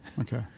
Okay